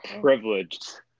privileged